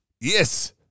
Yes